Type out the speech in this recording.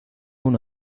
una